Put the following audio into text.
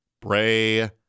Bray